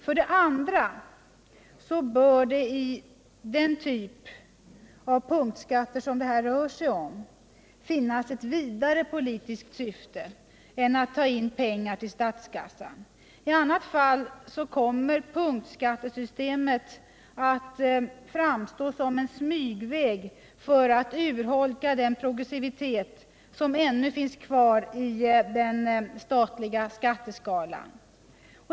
För det andra bör det i den typ av punktskatter det här rör sig om finnas ett vidare politiskt syfte än att ta in pengar till statskassan. I annat fall kommer punktskattesystemet att framstå som en smygväg för att urholka den progressivitet som ännu finns kvar i den statliga skatteskalan.